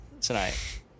tonight